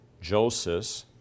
Joseph